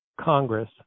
Congress